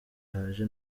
haje